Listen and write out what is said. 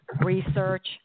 research